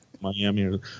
Miami